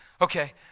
Okay